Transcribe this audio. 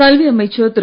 கல்வி அமைச்சர் திரு